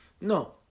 No